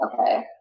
Okay